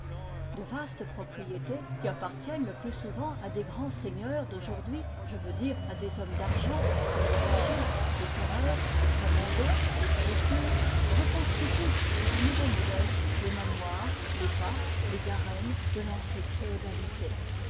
de vastes propriétés qui appartiennent le plus souvent à des grands seigneurs d'aujourd'hui je veux dire à des hommes d'argent comme les rothschild les pereire les camondo les greflfulhe reconstituent sur un nouveau modèle les manoirs les parcs les garennes de l'antique féodalité